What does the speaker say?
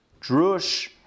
Drush